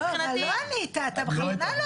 אבל לא ענית, אתה בכוונה לא עונה.